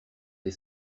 des